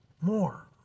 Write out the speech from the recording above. more